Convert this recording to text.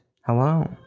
Hello